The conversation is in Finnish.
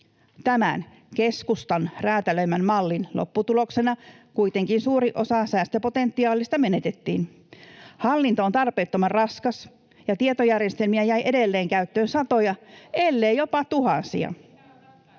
Tämän keskustan räätälöimän mallin lopputuloksena kuitenkin suuri osa säästöpotentiaalista menetettiin. Hallinto on tarpeettoman raskas, ja tietojärjestelmiä jäi edelleen käyttöön satoja, ellei jopa tuhansia.